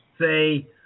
say